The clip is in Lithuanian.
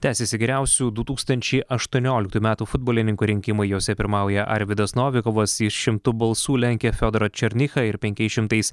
tęsiasi geriausių du tūkstančiai aštuonioliktų metų futbolininko rinkimai juose pirmauja arvydas novikovas jis šimtu balsų lenkia fiodorą černychą ir penkiais šimtais